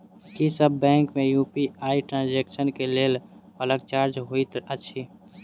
की सब बैंक मे UPI transaction केँ लेल अलग चार्ज होइत अछि?